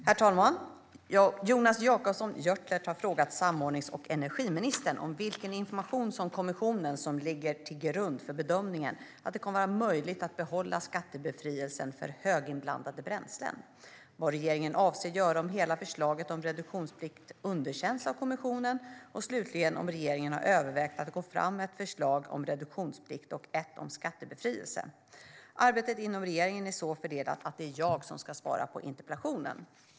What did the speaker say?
Herr talman! Jonas Jacobsson Gjörtler har frågat samordnings och energiministern om vilken information från kommissionen som ligger till grund för bedömningen att det kommer att vara möjligt att behålla skattebefrielsen för höginblandade bränslen, vad regeringen avser att göra om hela förslaget om reduktionsplikt underkänns av kommissionen och slutligen om regeringen har övervägt att gå fram med ett förslag om reduktionsplikt och ett om skattebefrielse. Arbetet inom regeringen är så fördelat att det är jag som ska svara på interpellationen.